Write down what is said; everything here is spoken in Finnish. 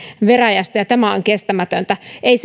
veräjästä ja tämä on kestämätöntä ei